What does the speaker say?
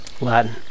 latin